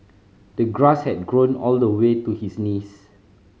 the grass had grown all the way to his knees